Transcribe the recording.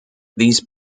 these